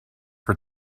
for